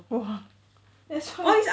!wah! that's why